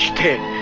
kid.